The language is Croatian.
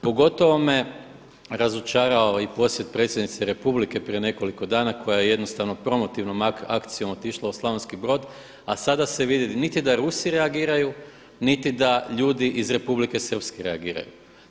Pogotovo me razočarao i posjet predsjednice Republike prije nekoliko dana koja jednostavno promotivnom akcijom otišla u Slavonski Brod, a sada se vidi niti da Rusi reagiraju niti da ljudi iz Republike Srpske reagiraju.